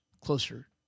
closer